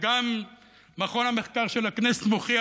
וגם מכון המחקר של הכנסת מוכיח,